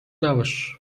نباش